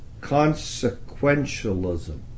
consequentialism